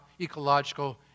ecological